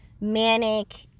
manic